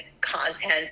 content